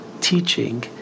teaching